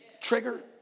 trigger